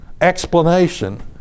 explanation